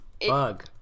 Bug